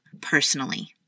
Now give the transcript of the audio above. personally